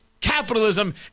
Capitalism